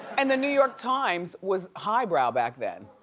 and the new york times was highbrow back then.